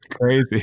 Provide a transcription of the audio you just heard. Crazy